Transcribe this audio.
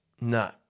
No